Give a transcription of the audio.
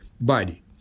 body